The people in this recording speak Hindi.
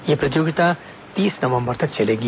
यह प्रतियोगिता तीस नवंबर तक चलेगी